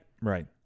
Right